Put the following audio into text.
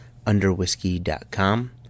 Underwhiskey.com